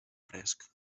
fresc